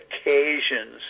occasions